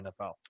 NFL